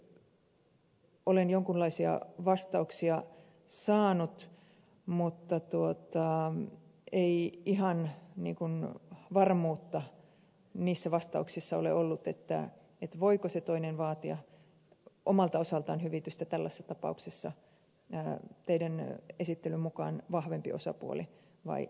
tähänkin olen jonkinlaisia vastauksia saanut mutta ei ihan varmuutta niissä vastauksissa ole ollut voiko se toinen teidän esityksenne mukaan vahvempi osapuoli vaatia omalta osaltaan hyvitystä tällaisissa tapauksissa jää teidemme esittelyn mukaan vahvempi osapuoli vai ei